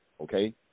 okay